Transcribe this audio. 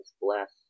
Bless